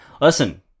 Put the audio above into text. Listen